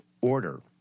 order